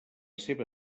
seva